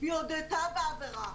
היא הודתה בעבירה.